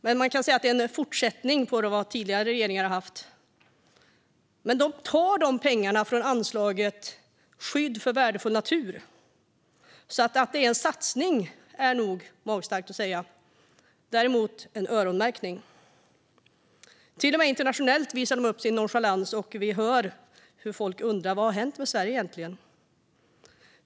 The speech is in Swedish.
Detta kan sägas vara en fortsättning på det som tidigare regeringar har gjort. Men man tar pengar till det från anslaget Skydd av värdefull natur, så det är nog magstarkt att säga att det är en satsning. Däremot är det en öronmärkning. Till och med internationellt visar man upp sin nonchalans, och vi hör hur folk undrar vad som egentligen har hänt med Sverige.